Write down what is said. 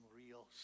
real